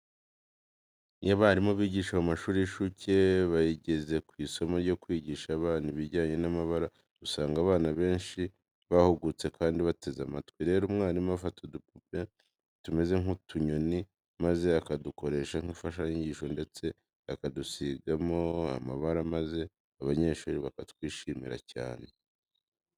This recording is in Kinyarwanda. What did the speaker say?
Iyo abarimu bigisha mu mashuri y'incuke bageze ku isomo ryo kwigisha abana ibijyanye n'amabara, usanga abana benshi bahugutse kandi bateze amatwi. Rero mwarimu afata udupupe tumeze nk'utunyoni maze akadukoresha nk'imfashanyigisho ndetse akadusigamo amabara maze abanyeshuri bakatwishimira cyane.